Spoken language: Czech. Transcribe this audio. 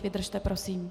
Vydržte prosím.